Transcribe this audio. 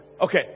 Okay